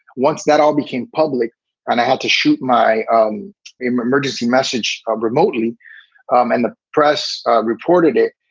once that all became public and i had to shoot my um emergency message ah remotely um and the press reported it,